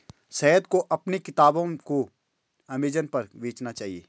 सैयद को अपने किताबों को अमेजन पर बेचना चाहिए